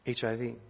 HIV